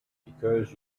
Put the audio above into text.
because